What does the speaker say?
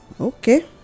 Okay